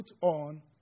on